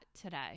today